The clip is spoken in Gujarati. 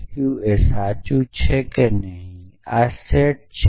Q એ સાચું છે જે આ સેટમાં છે